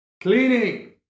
Cleaning